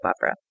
opera